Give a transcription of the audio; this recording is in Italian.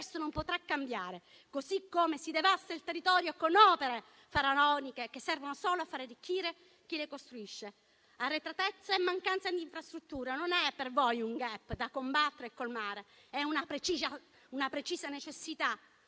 questo non potrà cambiare, così come si devasta il territorio con opere faraoniche che servono solo a fare arricchire chi le costruisce. Arretratezza e mancanza di infrastrutture non è per voi un *gap* da combattere e colmare, ma una precisa necessità